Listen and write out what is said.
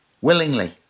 Willingly